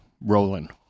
rolling